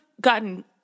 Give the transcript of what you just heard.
gotten